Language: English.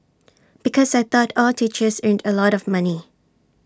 because I thought all teachers earned A lot of money